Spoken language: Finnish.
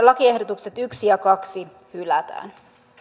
lakiehdotukset yksi ja kahteen hylätään